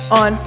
on